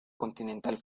continental